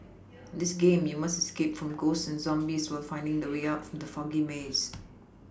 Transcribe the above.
this game you must escape from ghosts and zombies while finding the way out from the foggy maze